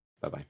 bye-bye